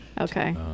okay